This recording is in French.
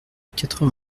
quatre